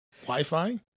Wi-Fi